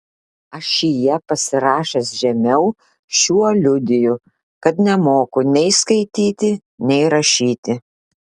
ašyje pasirašęs žemiau šiuo liudiju kad nemoku nei skaityti nei rašyti